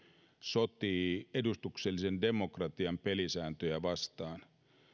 sotii edustuksellisen demokratian pelisääntöjä vastaan minun